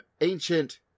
ancient